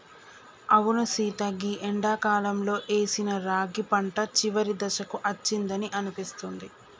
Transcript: అవును సీత గీ ఎండాకాలంలో ఏసిన రాగి పంట చివరి దశకు అచ్చిందని అనిపిస్తుంది